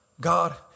God